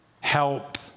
Help